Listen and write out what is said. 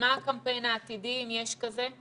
ומה הקמפיין העתידי, אם יש כזה?